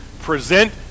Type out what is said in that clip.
present